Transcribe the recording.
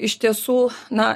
iš tiesų na